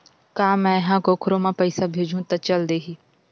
का मै ह कोखरो म पईसा भेजहु त चल देही?